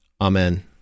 Amen